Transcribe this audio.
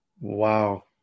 Wow